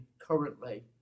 currently